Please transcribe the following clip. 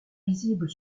visible